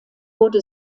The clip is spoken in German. wurde